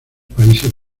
países